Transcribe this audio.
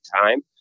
time